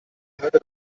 hörte